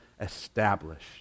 established